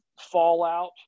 fallout